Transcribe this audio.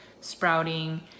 sprouting